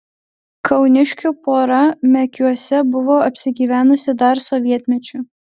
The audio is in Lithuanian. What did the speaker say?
kauniškių pora mekiuose buvo apsigyvenusi dar sovietmečiu